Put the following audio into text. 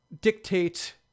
dictate